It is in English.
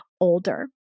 older